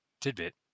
tidbit